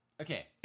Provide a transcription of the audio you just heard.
Okay